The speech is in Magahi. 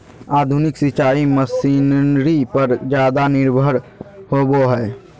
आधुनिक सिंचाई मशीनरी पर ज्यादा निर्भर होबो हइ